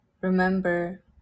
Remember